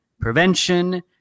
prevention